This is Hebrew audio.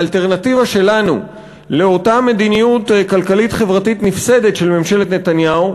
האלטרנטיבה שלנו לאותה מדיניות כלכלית-חברתית נפסדת של ממשלת נתניהו,